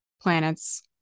planets